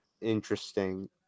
interesting